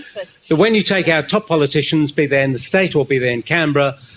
that when you take our top politicians, be they in the state or be they in canberra,